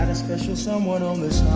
and special someone on this